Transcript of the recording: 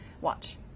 Watch